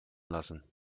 lassen